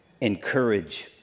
Encourage